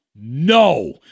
No